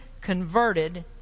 converted